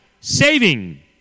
saving